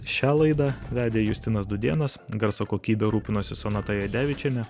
šią laidą vedė justinas dūdėnas garso kokybe rūpinosi sonata jadevičienė